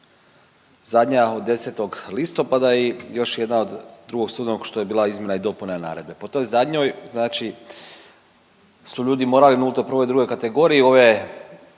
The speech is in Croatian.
Zadnja od 10. listopada i još jedna od 2. studenog, što je bila izmjena i dopuna naredbe. Po toj zadnjoj znači su ljudi morali 0, 1 i 2 kategoriji